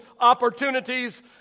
opportunities